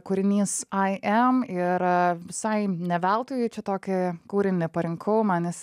kūrinys i am ir visai ne veltui čia tokį kūrinį parinkau man jisai